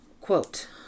Quote